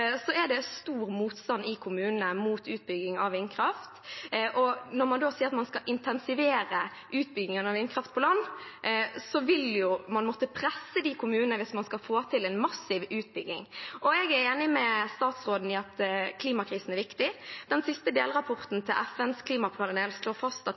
er det stor motstand i kommunene mot utbygging av vindkraft, og når man da sier at man skal intensivere utbyggingen av vindkraft på land, vil man jo måtte presse de kommunene hvis man skal få til en massiv utbygging. Jeg er enig med statsråden i at klimakrisen er viktig. Den siste delrapporten til FNs klimapanel slår fast